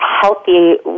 healthy